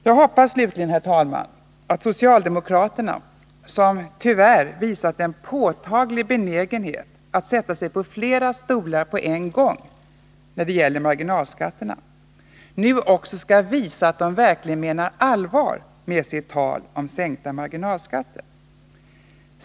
Jag hoppas slutligen, herr talman, att socialdemokraterna, som tyvärr visat en påtaglig benägenhet att sätta sig på flera stolar på en gång när det gäller marginalskatterna, nu skall visa att de menar allvar med sitt tal om sänkta marginalskatter.